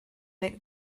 lick